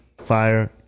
fire